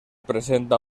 presenta